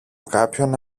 κάποιον